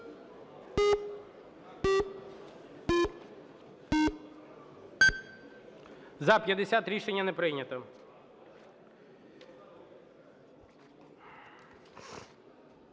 За-145 Рішення не прийнято.